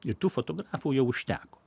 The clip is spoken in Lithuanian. ir tų fotografų jau užteko